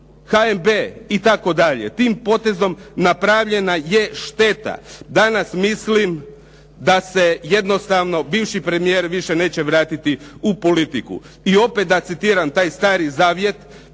HNB itd. Tim potezom napravljena je šteta. Danas mislim da se jednostavno bivši premijer više neće vratiti u politiku. I opet da citiram taj Stari zavjet